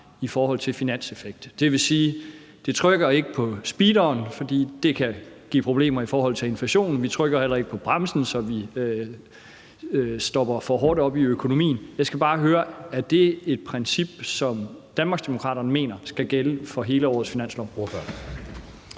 i forhold til finanseffekten. Det vil sige, at det ikke trykker på speederen, for det kan give problemer i forhold til inflationen. Vi trykker heller ikke på bremsen, så vi stopper for hårdt op i økonomien. Jeg skal bare høre, om det er et princip, som Danmarksdemokraterne mener skal gælde for hele årets finanslov.